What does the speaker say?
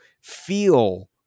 feel